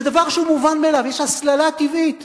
זה דבר שהוא מובן מאליו, יש הסללה טבעית